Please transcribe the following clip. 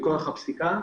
מכוח הפסיקה.